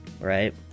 right